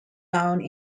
down